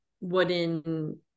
wooden